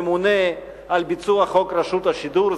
ממונה על ביצוע חוק רשות השידור,